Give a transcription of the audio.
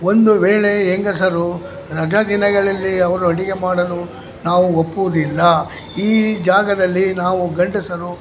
ಒಂದು ವೇಳೆ ಹೆಂಗಸರು ರಜಾ ದಿನಗಳಲ್ಲಿ ಅವರು ಅಡುಗೆ ಮಾಡಲು ನಾವು ಒಪ್ಪುವುದಿಲ್ಲ ಈ ಜಾಗದಲ್ಲಿ ನಾವು ಗಂಡಸರು